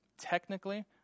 technically